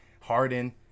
Harden